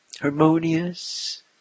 harmonious